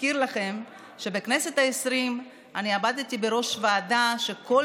אזכיר לכם שבכנסת העשרים אני עמדתי בראש ועדה שכל